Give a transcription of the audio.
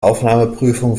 aufnahmeprüfung